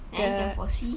now you can foresee